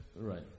right